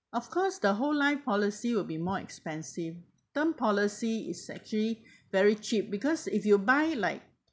of course the whole life policy will be more expensive term policy is actually very cheap because if you buy like